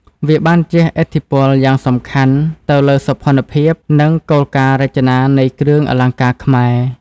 វាបានជះឥទ្ធិពលយ៉ាងសំខាន់ទៅលើសោភ័ណភាព និងគោលការណ៍រចនានៃគ្រឿងអលង្ការខ្មែរ។